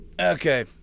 Okay